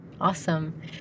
Awesome